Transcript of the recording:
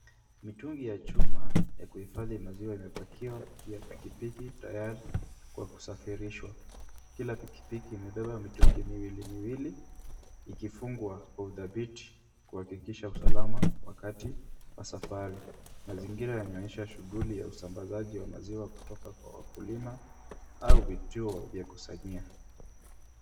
Mitungi ya chuma ya kuhifadhi maziwa imepakiwa juu ya pikipiki tayari kwa kusafirishwa. Kila pikipiki imebeba mitungi miwili miwili ikifungwa kwa udhabiti kuhakikisha usalama wakati wa safari. Mazingira yanaonyesha shughuli ya usambazaji wa maziwa kutoka kwa wakulima au vituo vya kusanyia.